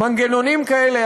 מנגנונים כאלה,